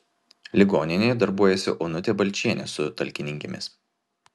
ligoninėje darbuojasi onutė balčienė su talkininkėmis